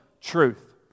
truth